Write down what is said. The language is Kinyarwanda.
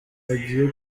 agiye